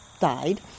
died